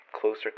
closer